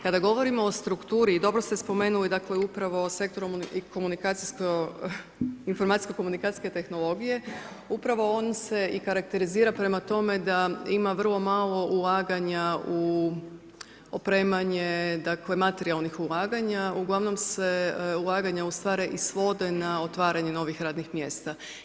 Kada govorimo o strukturi i dobro ste spomenuli, dakle, upravo sektorom i komunikacijsko, informacijsko komunikacijske tehnologije, upravo on se i karakterizira prema tome da ima vrlo malo ulaganje u opremanje, dakle, materijalnih ulaganja, ugl. se ulaganja ustvari i svode na otvaranje novih radnih mjesta.